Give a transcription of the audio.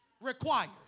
requires